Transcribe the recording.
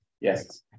yes